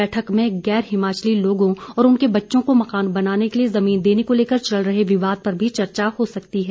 बैठक में गैर हिमाचली लोगों और उनके बच्चों को मकान बनाने के लिए जमीन देने को लेकर चल रहे विवाद पर भी चर्चा हो सकती है